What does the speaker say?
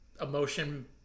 Emotion